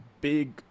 big